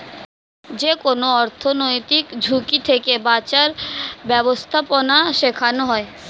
যেকোনো অর্থনৈতিক ঝুঁকি থেকে বাঁচার ব্যাবস্থাপনা শেখানো হয়